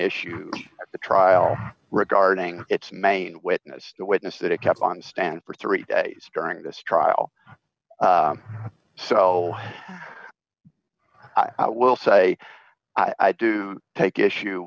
issue the trial regarding its main witness a witness that it kept on the stand for three days during this trial so i will say i do take issue